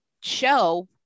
show